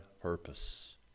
purpose